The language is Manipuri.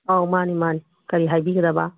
ꯑꯧ ꯃꯥꯅꯤ ꯃꯥꯅꯤ ꯀꯔꯤ ꯍꯥꯏꯕꯤꯒꯗꯕ